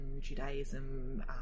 Judaism